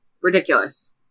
ridiculous